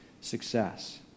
success